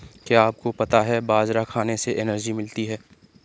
क्या आपको पता है बाजरा खाने से एनर्जी मिलती है?